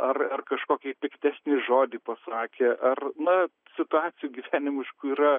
ar ar kažkokį piktesnį žodį pasakė ar na situacijų gyvenimiškų yra